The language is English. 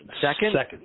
Second